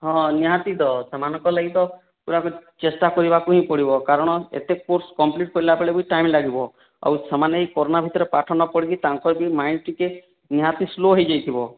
ହଁ ନିହାତି ତ ସେମାନଙ୍କ ଲାଗି ତ ପୁରା ପୁରି ଚେଷ୍ଟା କରିବାକୁ ହିଁ ପଡ଼ିବ କାରଣ ଏତେ କୋର୍ସ କମ୍ପ୍ଲିଟ କରିଲା ବେଳକୁ ବି ଟାଇମ୍ ଲାଗିବ ଆଉ ସେମାନେ ଏଇ କରୋନା ଭିତରେ ପାଠ ନ ପଢ଼ିକି ତାଙ୍କର ବି ମାଇଣ୍ଡ ଟିକିଏ ନିହାତି ସ୍ଲୋ ହୋଇ ଯାଇଥିବ